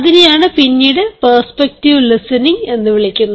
അതിനെയാണ് പിന്നീട് perceptive listening എന്ന് വിളിക്കുന്നത്